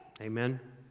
Amen